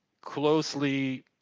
closely